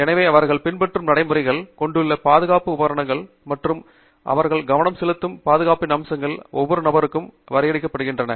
எனவே அவர்கள் பின்பற்றும் நடைமுறைகள் கொண்டுள்ள பாதுகாப்பு உபகரணங்கள் மற்றும் அவர்கள் கவனம் செலுத்தும் பாதுகாப்பின் அம்சங்கள் ஒவ்வொரு நபருக்கும் வரையறுக்கப்படுகின்றன